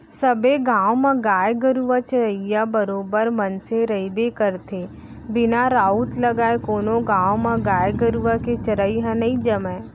सबे गाँव म गाय गरुवा चरइया बरोबर मनसे रहिबे करथे बिना राउत लगाय कोनो गाँव म गाय गरुवा के चरई ह नई जमय